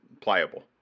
pliable